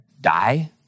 die